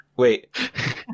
Wait